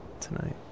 Tonight